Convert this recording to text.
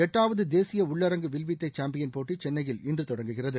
எட்டாவது தேசிய உள்ளரங்கு வில்வித்தை சாம்பியன் போட்டி சென்னையில் இன்று தொடங்குகிறது